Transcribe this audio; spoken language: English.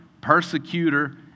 persecutor